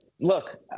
Look